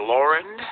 Lauren